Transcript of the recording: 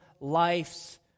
life's